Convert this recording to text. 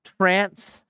trance